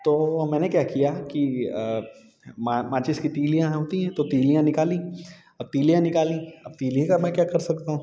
तो मैंने क्या किया कि मााचिस की तीलियां होती हैं तो तीलियां निकाली अब तीलियां निकाली अब तीलियां का मैं क्या कर सकता हूँ